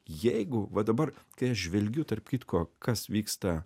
jeigu va dabar kai aš žvelgiu tarp kitko kas vyksta